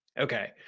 Okay